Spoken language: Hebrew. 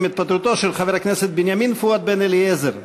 עם התפטרותו של חבר הכנסת בנימין פואד בן-אליעזר מהכנסת,